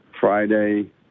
Friday